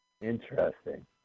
Interesting